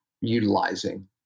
utilizing